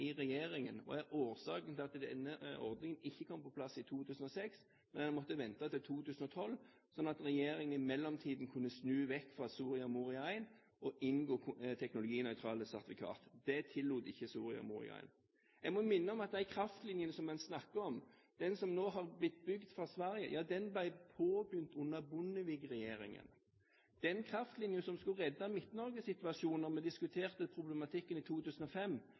i regjeringen og er årsaken til at denne ordningen ikke kom på plass i 2006, men man måtte vente til 2012, slik at regjeringen i mellomtiden kunne snu vekk fra Soria Moria I, og inngå teknologinøytrale sertifikater – det tillot ikke Soria Moria I. Jeg må minne om at de kraftlinjene som man snakker om – den som nå har blitt bygd fra Sverige – ble påbegynt under Bondevik-regjeringen. Den kraftlinjen som skulle redde Midt-Norge-situasjonen, da vi diskuterte problematikken i 2005,